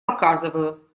показываю